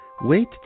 wait